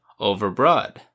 overbroad